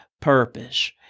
purpose